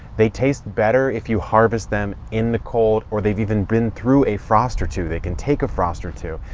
they taste better if you harvest them in the cold or they've even been through a frost or two, they can take a frost or two.